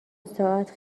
ساعت